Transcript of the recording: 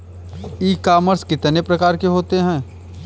ई commerce कितने प्रकार के होते हैं?